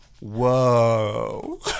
whoa